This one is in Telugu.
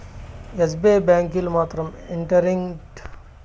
ఎస్.బి.ఐ బ్యాంకీలు మాత్రం ఇంటరెంట్ బాంకింగ్ సేవల్ని ఎక్కవ తూర్లు బంద్ చేస్తున్నారు